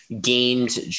gained